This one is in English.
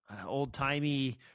old-timey